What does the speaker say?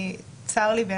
צר לי.